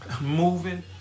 moving